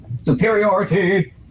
Superiority